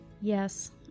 Yes